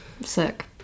Sick